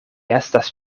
estas